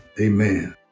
Amen